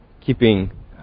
keeping